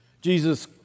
Jesus